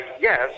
Yes